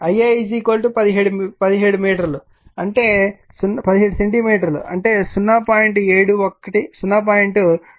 lA 17 metre centimetre అంటే 0